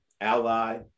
ally